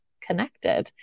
connected